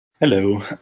Hello